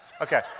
Okay